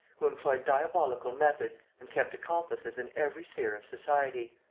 who employed diabolical methods and kept accomplices in every sphere of society.